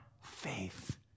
faith